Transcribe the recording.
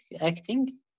acting